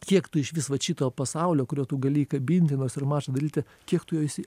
kiek tu išvis vat šito pasaulio kurio tu gali įkabinti nors ir mažą dalelytę kiek tu jo esi